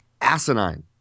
asinine